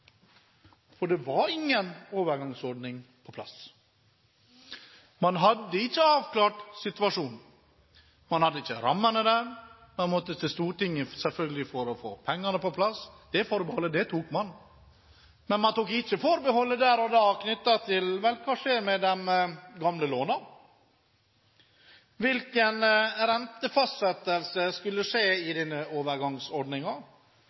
for det var ingen overgangsordning på plass. Man hadde ikke avklart situasjonen. Man hadde ikke rammene der, og man måtte selvfølgelig til Stortinget for å få pengene på plass. Det forbeholdet tok man, men man tok ikke forbehold der og da knyttet til hva som ville skje med de gamle lånene. Hvilken rentefastsettelse skulle